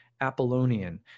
Apollonian